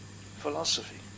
philosophy